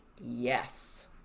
yes